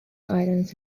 islands